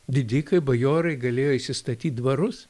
didikai bajorai galėjo įsistatyt dvarus